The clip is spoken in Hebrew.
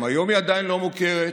גם היום היא עדיין לא מוכרת,